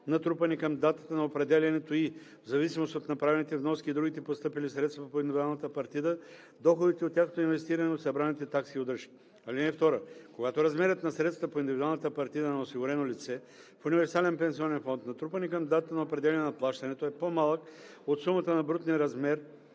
натрупани към датата на определянето ѝ, в зависимост от направените вноски и другите постъпили средства по индивидуалната партида, доходите от тяхното инвестиране и от събраните такси и удръжки. (2) Когато размерът на средствата по индивидуалната партида на осигурено лице в универсален пенсионен фонд, натрупани към датата на определяне на плащането, е по-малък от сумата на брутния размер